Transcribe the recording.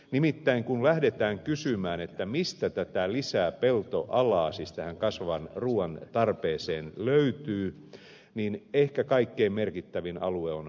nimittäin kun lähdetään kysymään mistä tätä lisäpeltoalaa siis tähän kasvavan ruuan tarpeeseen löytyy niin ehkä kaikkein merkittävin alue on brasilia